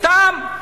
סתם?